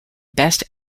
best